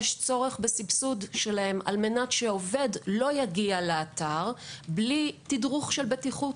יש צורך בסבסוד שלהם על מנת שעובד לא יגיע לאתר בלי תדרוך בטיחות,